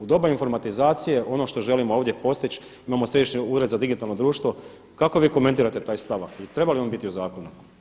U doba informatizacije ono što želimo ovdje postići imamo Središnji ured za digitalno društvo, kako vi komentirate taj stavak i treba li on biti u zakonu'